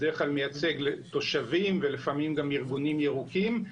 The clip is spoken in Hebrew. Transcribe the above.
בדרך כלל מייצג תושבים ולפעמים גם ארגונים ירוקים,